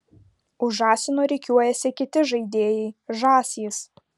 už žąsino rikiuojasi kiti žaidėjai žąsys